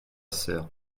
sœur